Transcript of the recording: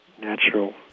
natural